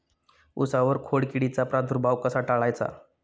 उसावर खोडकिडीचा प्रादुर्भाव कसा टाळायचा?